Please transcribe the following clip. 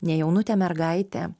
ne jaunutė mergaitė